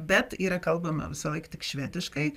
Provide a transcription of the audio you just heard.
bet yra kalbama visąlaik tik švediškai